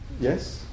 Yes